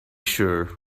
sure